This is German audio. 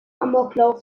amoklauf